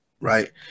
right